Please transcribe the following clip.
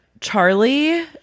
Charlie